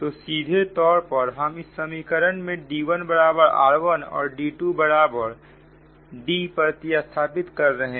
तो सीधे तौर पर हम इसे समीकरण में D1 बराबर r1 और D2 बराबर D प्रति स्थापित कर रहे हैं